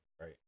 right